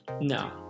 No